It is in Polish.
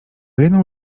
jedną